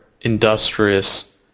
industrious